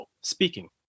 speaking